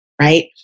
right